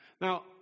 Now